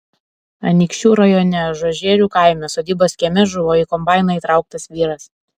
anykščių rajone ažuožerių kaime sodybos kieme žuvo į kombainą įtrauktas vyras